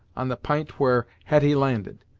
on the p'int where hetty landed,